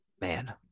Man